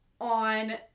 on